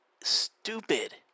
stupid